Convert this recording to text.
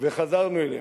וחזרנו אליהם.